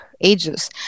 ages